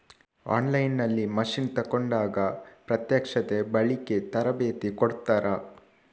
On line ನಲ್ಲಿ machine ತೆಕೋಂಡಾಗ ಪ್ರತ್ಯಕ್ಷತೆ, ಬಳಿಕೆ, ತರಬೇತಿ ಕೊಡ್ತಾರ?